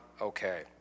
Okay